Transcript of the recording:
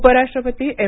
उपराष्ट्रपती एम